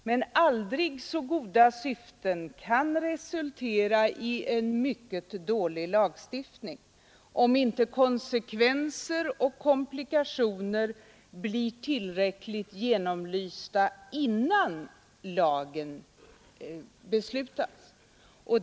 Men aldrig så goda syften kan resultera i en mycket dålig lagstiftning, om inte konsekvenser och komplikationer blir tillräckligt genomlysta innan lagen beslutas.